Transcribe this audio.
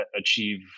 achieve